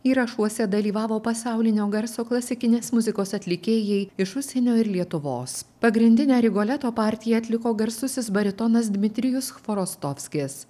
įrašuose dalyvavo pasaulinio garso klasikinės muzikos atlikėjai iš užsienio ir lietuvos pagrindinę rigoleto partiją atliko garsusis baritonas dmitrijus chvorostovskis